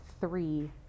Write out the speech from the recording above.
three